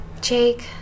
Jake